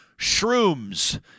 shrooms